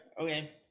Okay